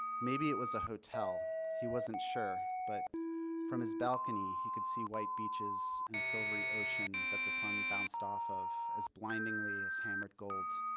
maybe it was a hotel. he wasn't sure, but from his balcony he could see white beaches and a silvery ocean that the sun bounced off of as blindingly as hammered gold.